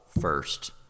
first